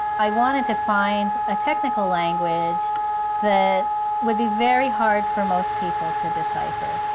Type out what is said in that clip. i wanted to find a technical language that would be very hard for most people to decipher.